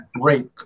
break